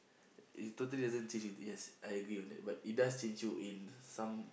it totally doesn't change you yes I agree on that but it does change you in some